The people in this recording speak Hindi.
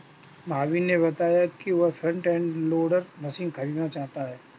महावीर ने बताया कि वह फ्रंट एंड लोडर मशीन खरीदना चाहता है